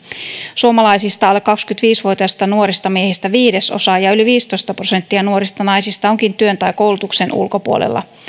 suomalaisista alle kaksikymmentäviisi vuotiaista nuorista miehistä viidesosa ja yli viisitoista prosenttia nuorista naisista onkin työn tai koulutuksen ulkopuolella